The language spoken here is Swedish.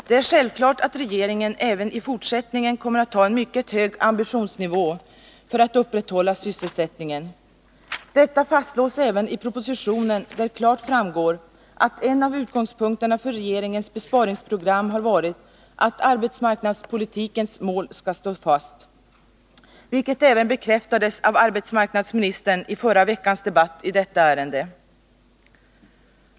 Det är självklart att regeringen även i fortsättningen kommer att ha en mycket hög ambitionsnivå för att upprätthålla sysselsättningen. Detta fastslås även i propositionen, där det klart framgår att en av utgångspunkterna för regeringens besparingsprogram har varit att arbetsmarknadspolitikens mål skall stå fast, vilket även bekräftades av arbetsmarknadsministern i förra veckans debatt i detta ärende.